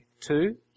Two